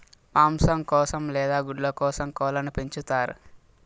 మాంసం కోసం లేదా గుడ్ల కోసం కోళ్ళను పెంచుతారు